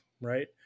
right